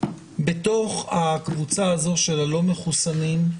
בתוך הקבוצה של הלא מחוסנים,